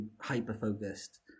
hyper-focused